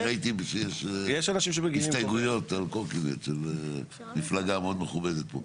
ראיתי שיש הסתייגויות על קורקינט של מפלגה מאוד מכובדת פה.